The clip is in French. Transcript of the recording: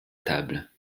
table